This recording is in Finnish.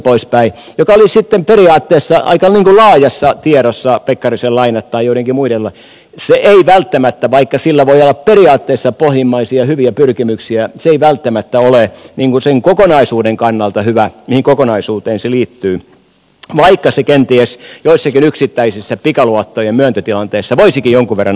jolloin olisi sitten periaatteessa aika laajassa tiedossa pekkarisen lainat tai joidenkin muiden lainat ei välttämättä vaikka sillä voi olla periaatteessa pohjimmaisia hyviä pyrkimyksiä ole niin kuin sen kokonaisuuden kannalta hyvä mihin kokonaisuuteen se liittyy vaikka se kenties joissakin yksittäisissä pikaluottojen myöntötilanteissa voisikin jonkun verran auttaa asiaa